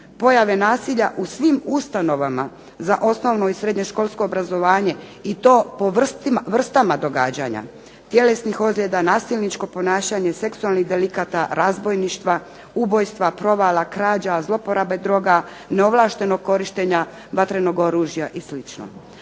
pojave nasilja u svim ustanovama za osnovno i srednjoškolsko obrazovanje i po vrstama događanja tjelesnih ozljeda, nasilničko ponašanje, seksualnih delikata, razbojništva, ubojstva, provala, krađa, zloporabe droga, neovlaštenog korištenja vatrenog oružja i sl.